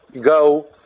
go